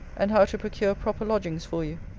and how to procure proper lodgings for you.